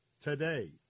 today